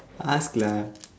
ask lah